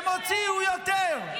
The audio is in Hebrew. הם הוציאו יותר,